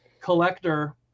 collector